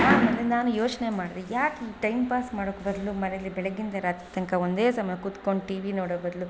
ಆಮೇಲೆ ನಾನು ಯೋಚನೆ ಮಾಡಿದೆ ಯಾಕೆ ಹೀಗೆ ಟೈಮ್ ಪಾಸ್ ಮಾಡೋಕ್ಕೆ ಬದಲು ಮನೆಯಲ್ಲಿ ಬೆಳಗ್ಗಿಂದ ರಾತ್ರಿ ತನಕ ಒಂದೇ ಸಮ ಕುತ್ಕೊಂಡು ಟಿ ವಿ ನೋಡೋ ಬದಲು